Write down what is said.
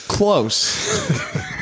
Close